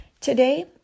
Today